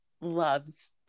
loves